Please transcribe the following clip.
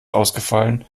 ausgefallen